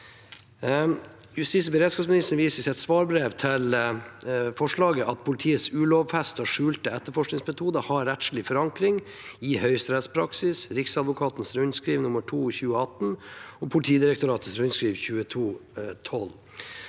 Justis- og beredskapsministeren viser i sitt svarbrev om forslaget til at politiets ulovfestede skjulte etterforskningsmetoder har rettslig forankring i høyesterettspraksis, Riksadvokatens rundskriv nr. 2/2018 og Politidirektoratets rundskriv 2022/012,